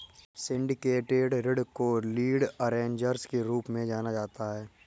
syndicated ऋण को lead arrangers के रूप में जाना जाता है